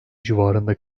civarında